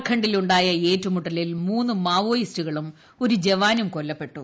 ജാർഖണ്ഡിൽ ഉണ്ടായ ഏറ്റുമുട്ടലിൽ മൂന്ന് മാവോയിസ്റ്റുകളും ഒരു ജവാനും കൊല്ലപ്പെട്ടു